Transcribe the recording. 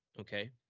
okay